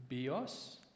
bios